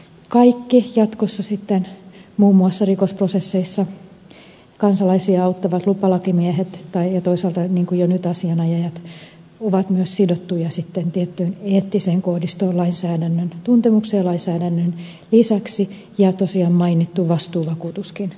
kaikki jatkossa sitten muun muassa rikosprosesseissa kansalaisia auttavat lupalakimiehet ja toisaalta jo nyt asianajajat ovat myös sidottuja sitten tiettyyn eettiseen koodistoon lainsäädännön tuntemukseen lainsäädännön lisäksi ja tosiaan mainittu vastuuvakuutuskin järjestyy